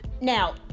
Now